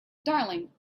darling